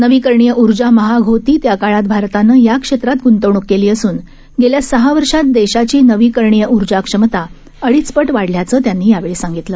नवीकरणीय ऊर्जा महाग होती त्या काळात भारतानं या क्षेत्रात गूंतवणूक केली असून गेल्या सहा वर्षांत देशाची नवीकरणीय ऊर्जा क्षमंता अडीच पट वाढल्याचं त्यांनी यावेळी सांगितलं